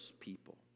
people